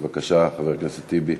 בבקשה, חבר הכנסת טיבי.